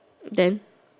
then